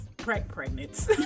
pregnant